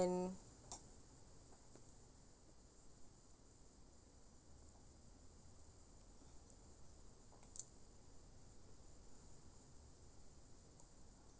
and